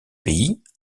pays